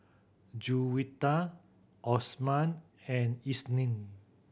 Juwita Osman and Isnin